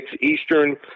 Eastern